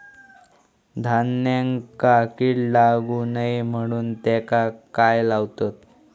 धान्यांका कीड लागू नये म्हणून त्याका काय लावतत?